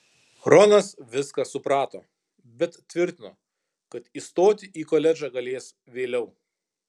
ronas viską suprato bet tvirtino kad įstoti į koledžą galės vėliau